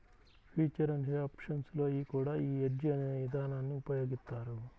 future and options లో కూడా యీ హెడ్జ్ అనే ఇదానాన్ని ఉపయోగిత్తారు